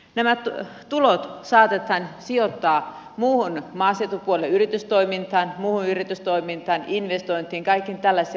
nämä tulot saatetaan sijoittaa muuhun maaseutupuolen yritystoimintaan muuhun yritystoimintaan investointiin kaikkiin tällaisiin asioihin